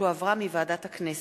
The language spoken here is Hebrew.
שהחזירה ועדת הכנסת.